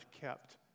kept